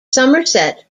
somerset